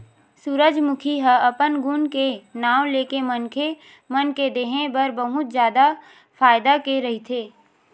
सूरजमूखी ह अपन गुन के नांव लेके मनखे मन के देहे बर बहुत जादा फायदा के रहिथे